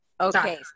Okay